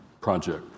project